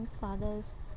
father's